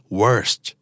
worst